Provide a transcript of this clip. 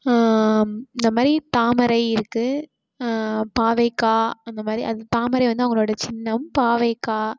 இந்த மாதிரி தாமரை இருக்குது பாவேக அந்த மாதிரி அது தாமரை வந்து அவர்களோட சின்னம் பாவேக